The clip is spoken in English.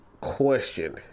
question